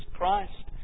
Christ